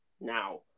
now